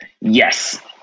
yes